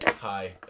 hi